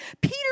Peter